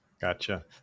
Gotcha